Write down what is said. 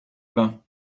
bains